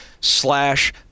slash